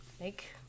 make